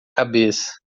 cabeça